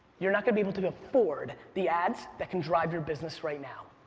you're not gonna be able to afford the ads that can drive your business right now.